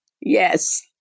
Yes